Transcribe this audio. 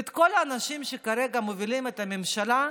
וכל האנשים שכרגע מובילים את הממשלה,